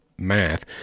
Math